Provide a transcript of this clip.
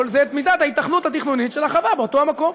זה את מידת ההיתכנות התכנונית של החווה באותו המקום.